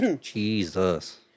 Jesus